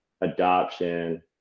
adoption